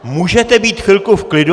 Můžete být chvilku v klidu!